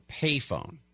payphone